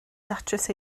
datrys